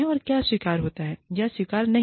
और क्या स्वीकार्य होगा और क्या स्वीकार्य नहीं है